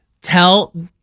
Tell